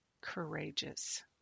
courageous